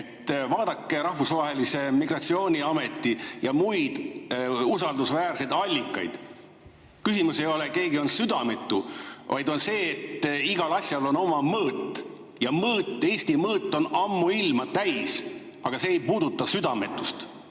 vaadake rahvusvahelise migratsiooniameti ja muid usaldusväärseid allikaid. Küsimus ei ole, et keegi on südametu, vaid on see, et igal asjal on oma mõõt ja Eesti mõõt on ammuilma täis. Aga see ei puuduta südametust.